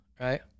right